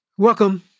Welcome